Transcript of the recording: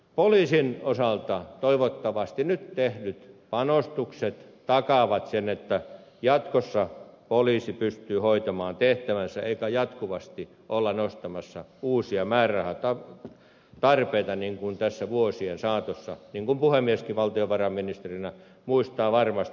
poliisin osalta toivottavasti nyt tehdyt panostukset takaavat sen että jatkossa poliisi pystyy hoitamaan tehtävänsä eikä jatkuvasti olla nostamassa uusia määrärahatarpeita niin kuin tässä vuosien saatossa niin kuin puhemieskin valtiovarainministerinä muistaa varmasti